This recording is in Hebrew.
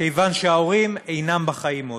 כיוון שההורים אינם בחיים עוד.